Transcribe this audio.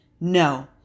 No